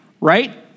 Right